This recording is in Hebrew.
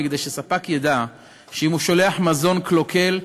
כדי שספק ידע שאם הוא שולח מזון קלוקל,